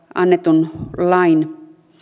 annetun lain